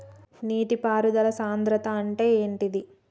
నీటి పారుదల సంద్రతా అంటే ఏంటిది?